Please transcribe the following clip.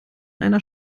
einer